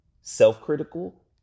self-critical